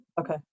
Okay